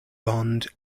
bond